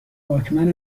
واکمن